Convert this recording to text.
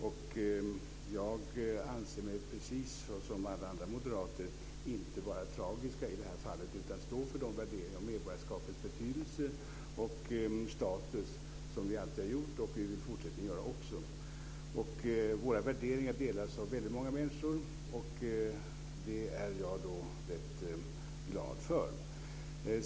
Jag anser mig inte, precis som alla andra moderater, vara tragisk i det här fallet utan står för de värderingar om medborgarskapets betydelse och status som vi alltid har gjort och som vi också i fortsättningen vill göra. Våra värderingar delas av väldigt många människor. Det är jag rätt glad för.